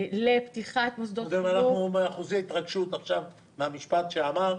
לפתיחת מוסדות חינוך --- אנחנו אחוזי התרגשות עכשיו מהמשפט שאמרת.